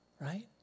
right